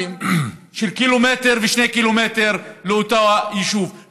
של קילומטר ו-2 קילומטר לאותו יישוב,